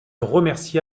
remercia